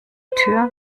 tür